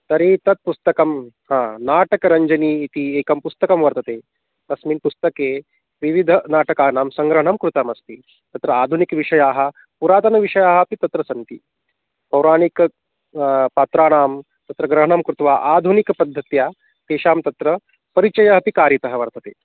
तर्हि तत् पुस्तकं हा नाटकरञ्जनी इति एकं पुस्तकं वर्तते तस्मिन् पुस्तके विविधनाटकानां सङ्ग्रहणं कृतम् अस्ति तत्र आधुनिकविषयाः पुरातनविषयाः अपि तत्र सन्ति पौराणिकानां पात्राणां तत्र ग्रहणं कृत्वा आधुनिकपद्धत्या तेषां तत्र परिचयः अपि कारितः वर्तते